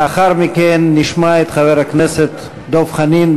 לאחר מכן נשמע את חבר הכנסת דב חנין,